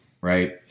right